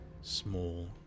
small